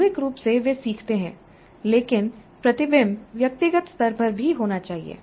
सामूहिक रूप से वे सीखते हैं लेकिन प्रतिबिंब व्यक्तिगत स्तर पर भी होना चाहिए